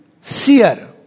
Seer